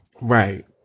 right